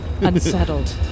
Unsettled